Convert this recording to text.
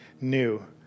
new